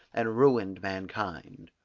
and ruined mankind.